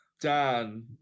Dan